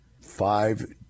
five